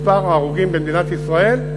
זה היה מספר ההרוגים במדינת ישראל,